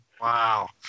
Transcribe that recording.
Wow